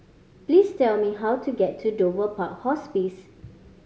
please tell me how to get to Dover Park Hospice